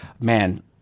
man